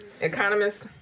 economist